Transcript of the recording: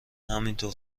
همینطور